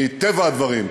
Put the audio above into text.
מטבע הדברים,